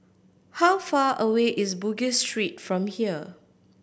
how far away is Bugis Street from here